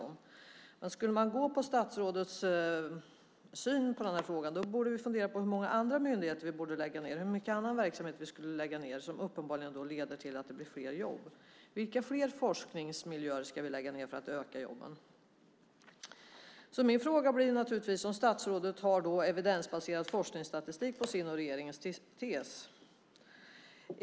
Om man skulle gå på statsrådets syn på den här frågan borde vi fundera på hur många andra myndigheter och hur mycket annan verksamhet vi skulle lägga ned, eftersom det uppenbarligen leder till att det blir fler jobb. Vilka fler forskningsmiljöer ska vi lägga ned för att öka antalet jobb? Min fråga blir naturligtvis om statsrådet har evidensbaserad forskningsstatistik som grund för sin och regeringens tes.